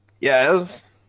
Yes